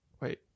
wait